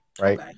Right